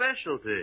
specialty